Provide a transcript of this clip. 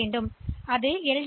எனவே இந்த எல்